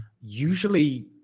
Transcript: usually